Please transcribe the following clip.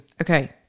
Okay